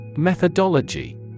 Methodology